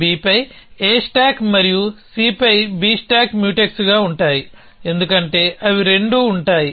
Bపై A stack మరియు Cపై B stack మ్యూటెక్స్గా ఉంటాయి ఎందుకంటే అవి రెండూ ఉంటాయి